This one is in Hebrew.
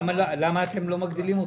למה אתם לא מגדילים אותו?